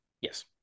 Yes